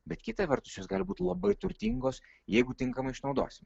bet kita vertus jos gali būt labai turtingos jeigu tinkamai išnaudosim